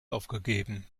aufgegeben